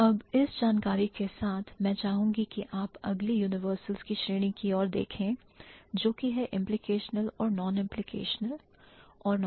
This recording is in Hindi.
अब इस जानकारी के साथ मैं चाहूंगी कि आप अगली universals की श्रेणी की और देखें जोकि है implicational और non implicational और non implicational